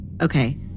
Okay